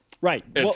Right